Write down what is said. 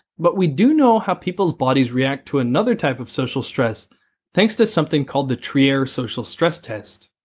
but we do know how people's bodies react to another type of social stress thanks to something called the trier social stress test.